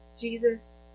Jesus